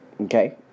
okay